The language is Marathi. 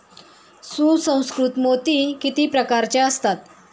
सुसंस्कृत मोती किती प्रकारचे असतात?